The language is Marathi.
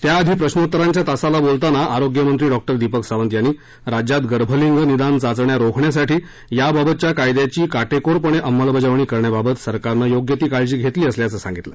त्याआधी प्रश्नोत्तरांच्या तासाला बोलताना आरोग्यमंत्री डॉ दिपक सांवत यानी राज्यात गर्भलिंग निदान चाचण्या रोखण्यासाठी याबाबतच्या कायद्याची काटेकोरपणे अंमलबजावणी करण्याबाबत सरकारनं योग्य ती काळजी घेतली असल्याचं सांगितलं